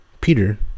Peter